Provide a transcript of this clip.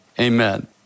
Amen